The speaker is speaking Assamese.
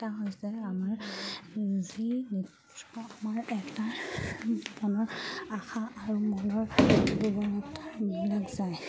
এটা হৈছে আমাৰ যি নৃত্য আমাৰ এটা জীৱনৰ আশা আৰু মনৰ জীৱনত যায়